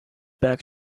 back